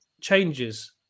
changes